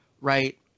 right